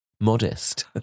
modest